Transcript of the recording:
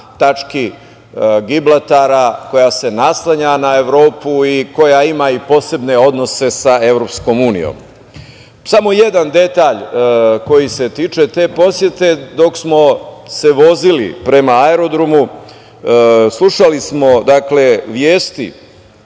tački Gibraltara, koja se naslanja na Evropu i koja ima i posebne odnose sa EU.Samo jedan detalj koji se tiče te posete. Dok smo se vozili prema aerodromu, slušali smo vesti,